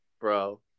bro